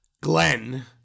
Glenn